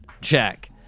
Check